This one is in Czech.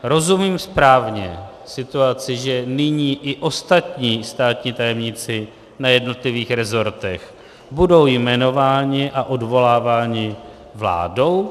Rozumím správně situaci, že nyní i ostatní státní tajemníci na jednotlivých rezortech budou jmenováni a odvoláváni vládou?